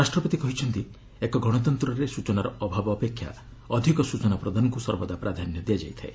ରାଷ୍ଟ୍ରପତି କହିଛନ୍ତି ଏକ ଗଣତନ୍ତରେ ସ୍ଚନାର ଅଭାବ ଅପେକ୍ଷା ଅଧିକ ସ୍ୱଚନା ପ୍ରଦାନକୁ ସର୍ବଦା ପ୍ରାଧାନ୍ୟ ଦିଆଯାଇଥାଏ